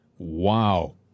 Wow